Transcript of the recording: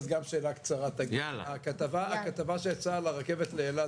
אז גם שאלה קצרה: הכתבה שיצאה על הרכבת לאילת